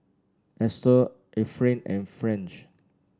Edsel Efrain and French